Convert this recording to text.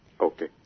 okay